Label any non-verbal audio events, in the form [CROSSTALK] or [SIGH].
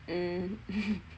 mm [LAUGHS]